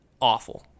awful